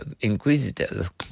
Inquisitive